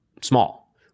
small